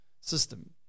system